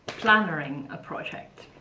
plannering a project.